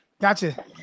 Gotcha